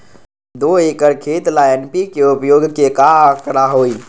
दो एकर खेत ला एन.पी.के उपयोग के का आंकड़ा होई?